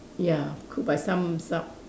ya could by some some